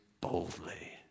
boldly